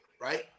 right